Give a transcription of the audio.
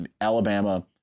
Alabama